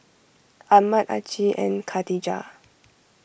Ahmad Aqil and Khatijah